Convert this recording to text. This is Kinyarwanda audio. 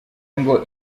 ngo